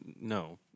no